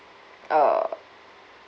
uh